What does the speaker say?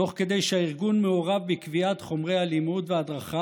תוך כדי שהארגון מעורב בקביעת חומרי הלימוד וההדרכה